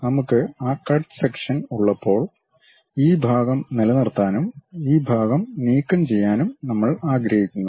നമുക്ക് ആ cut section ഉള്ളപ്പോൾ ഈ ഭാഗം നിലനിർത്താനും ഈ ഭാഗം നീക്കംചെയ്യാനും നമ്മൾ ആഗ്രഹിക്കുന്നു